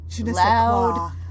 loud